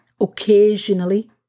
Occasionally